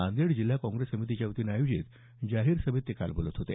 नांदेड जिल्हा काँग्रेस समितीच्यावतीनं आयोजित जाहीर सभेत ते काल बोलत होते